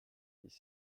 dix